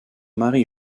mari